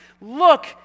look